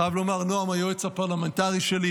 אני חייב לומר שנועם, היועץ הפרלמנטרי שלי,